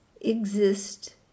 exist